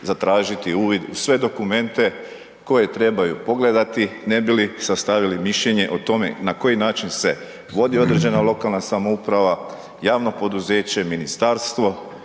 zatražiti uvid u sve dokumente koje trebaju pogledati, ne bi li sastavili mišljenje o tome na koji način se vodi određena lokalna samouprava, javno poduzeće, ministarstvo